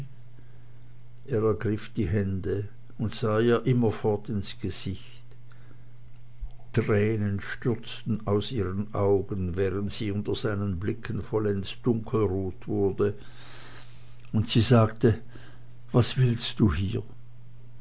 er ergriff die hände und sah ihr immerfort ins gesicht tränen stürzten aus ihren augen während sie unter seinen blicken vollends dunkelrot wurde und sie sagte was willst du hier